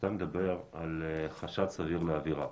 כשאתה מדבר על חשד סביר לעבירה,